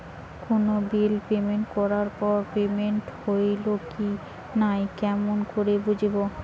কোনো bill payment করার পর পেমেন্ট হইল কি নাই কেমন করি বুঝবো?